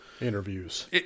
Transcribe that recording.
Interviews